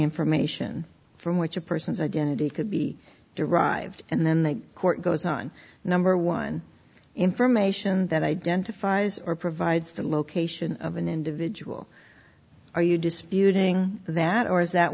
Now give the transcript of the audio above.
information from which a person's identity could be derived and then the court goes on number one information that identifies or provides the location of an individual are you disputing that or is that